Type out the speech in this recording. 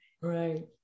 Right